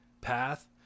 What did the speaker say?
path